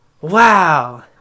Wow